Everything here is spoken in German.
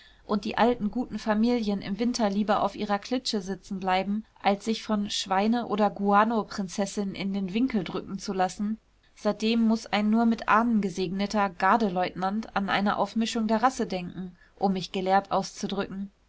und die alten guten familien im winter lieber auf ihrer klitsche sitzen bleiben als sich von schweineoder guano prinzessinnen in den winkel drücken zu lassen seitdem muß ein nur mit ahnen gesegneter gardeleutnant an eine aufmischung der rasse denken um mich gelehrt auszudrücken